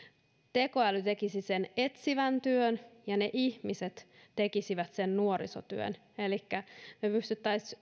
tekoäly tekisi sen etsivän työn ja ihmiset tekisivät sen nuorisotyön elikkä me pystyisimme